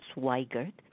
Swigert